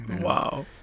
Wow